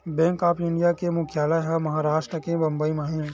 bank of India के मुख्यालय ह महारास्ट के बंबई म हे